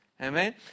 amen